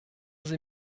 sie